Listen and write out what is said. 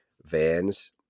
Vans